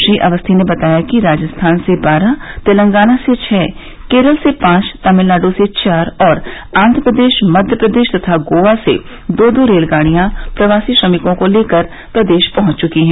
श्री अवस्थी ने बताया कि राजस्थान से बारह तेलंगाना से छह केरल से पांच तमिलनाडु से चार और आंध्र प्रदेश मध्य प्रदेश गोवा से दो दो रेलगाड़ियां प्रवासी श्रमिकों को लेकर प्रदेश पहंच चुकी हैं